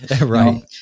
Right